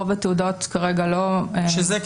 רוב התעודות כרגע לא --- שאת זה,